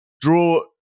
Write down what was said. draw